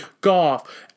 golf